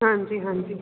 ਹਾਂਜੀ ਹਾਂਜੀ